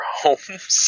homes